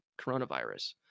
coronavirus